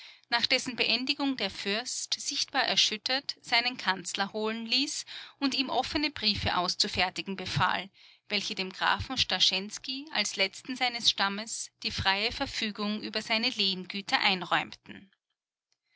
nach dessen beendigung der fürst sichtbar erschüttert seinen kanzler holen ließ und ihm offene briefe auszufertigen befahl welche dem grafen starschensky als letzten seines stammes die freie verfügung über seine lehengüter einräumten